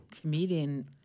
comedian